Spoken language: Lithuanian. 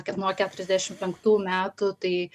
kad nuo keturiasdešim penktų metų tai